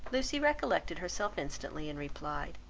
lucy recollected herself instantly and replied,